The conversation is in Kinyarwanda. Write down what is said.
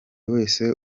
wese